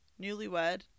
newlywed